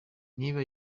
niba